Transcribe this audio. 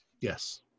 Yes